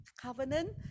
Covenant